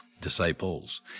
disciples